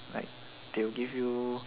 like they will give you